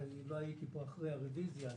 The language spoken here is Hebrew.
לא הייתי פה אחרי הרביזיה,